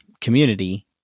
community